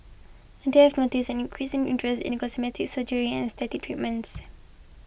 and they have noticed an increasing interest in cosmetic surgery and aesthetic treatments